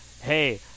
hey